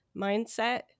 mindset